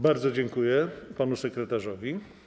Bardzo dziękuję panu sekretarzowi.